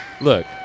Look